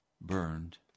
burned